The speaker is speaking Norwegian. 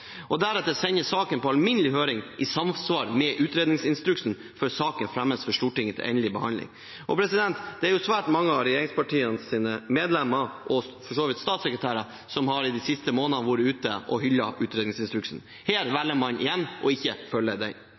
og deretter sender saken på alminnelig høring, i samsvar med utredningsinstruksen, før saken fremmes for Stortinget til endelig behandling. Det er svært mange av regjeringspartienes medlemmer og – for så vidt – statssekretærer som de siste månedene har hyllet utredningsinstruksen. Men i denne saken velger man ikke å følge den.